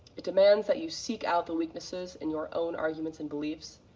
it demands that you seek out the witnesses in your own arguments and beliefs,